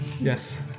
Yes